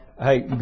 hey